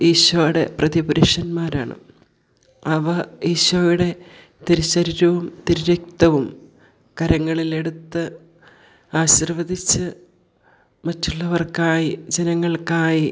ഈശോയുടെ പ്രതിപുരുഷന്മാരാണ് അവർ ഈശോയുടെ തിരുസ്വരൂപവും തിരുരക്തവും കരങ്ങളിൽ എടുത്ത് ആശിർവദിച്ച് മറ്റുള്ളവർക്കായി ജനങ്ങൾക്കായി